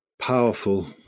powerful